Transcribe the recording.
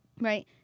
right